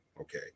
Okay